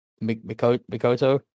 Mikoto